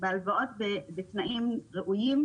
הלוואות בתנאים ראויים,